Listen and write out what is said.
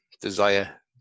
desire